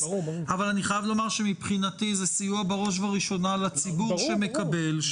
אבל אני חייב לומר שמבחינתי זה בראש וראשונה סיוע לציבור שמקבל.